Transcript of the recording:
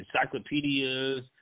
encyclopedias